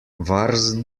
warst